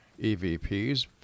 EVPs